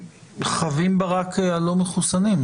חבים בה רק לא מחוסנים.